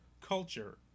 culture